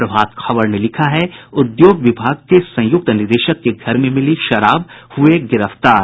प्रभात खबर ने लिखा है उद्योग विभाग के संयुक्त निदेशक के घर में मिली शराब हुए गिरफ्तार